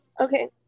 okay